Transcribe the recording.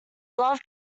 love